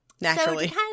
naturally